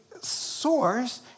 source